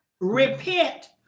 repent